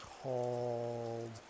called